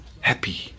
happy